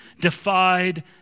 defied